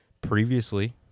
Previously